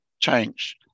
change